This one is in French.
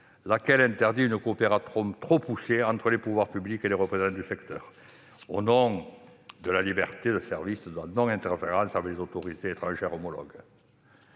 laquelle interdit une coopération trop poussée entre les pouvoirs publics et les représentants du secteur, au nom de la liberté de service et de la non-interférence avec les autorités étrangères homologues.